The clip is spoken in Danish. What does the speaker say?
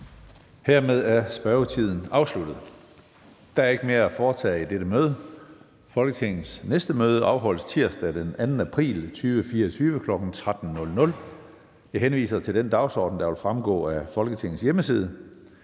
(Karsten Hønge): Der er ikke mere at foretage i dette møde. Folketingets næste møde afholdes tirsdag den 2. april 2024, kl. 13.00. Jeg henviser til den dagsorden, der vil fremgå af Folketingets hjemmeside.